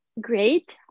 Great